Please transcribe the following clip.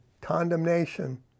condemnation